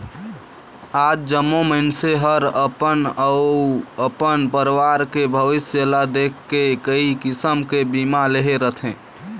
आज जम्मो मइनसे हर अपन अउ अपन परवार के भविस्य ल देख के कइ किसम के बीमा लेहे रथें